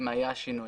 אם היה שינוי,